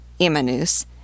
Imanus